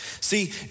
See